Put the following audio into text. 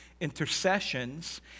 intercessions